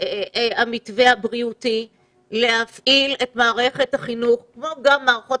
המתווה הבריאותי להפעיל את מערכת החינוך - גם מערכות